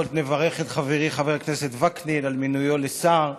נברך את חברי חבר הכנסת וקנין על מינויו לשר.